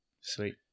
Sweet